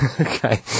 okay